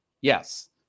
Yes